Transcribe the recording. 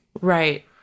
Right